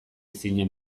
zinen